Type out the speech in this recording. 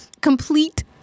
complete